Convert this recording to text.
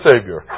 Savior